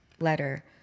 letter